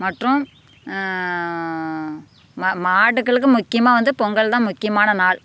மற்றும் ம மாடுகளுக்கு முக்கியமாக வந்து பொங்கல் தான் முக்கியமான நாள்